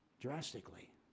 drastically